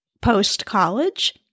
post-college